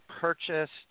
purchased